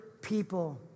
people